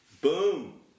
Boom